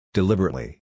Deliberately